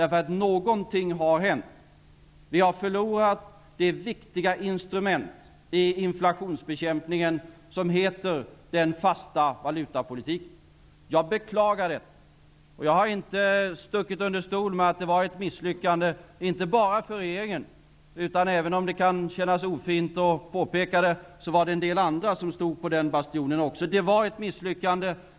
Någonting har ju hänt. Vi har förlorat det viktiga instrumentet i inflationsbekämpningen, nämligen den fasta valutapolitiken. Jag beklagar det, och jag har inte stuckit under stol med att det var ett misslyckande, inte bara för regeringen, utan -- även om det kan kännas ofint att påpeka det -- för en del andra som också stod på den bastionen. Det var ett misslyckande.